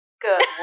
Good